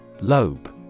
Lobe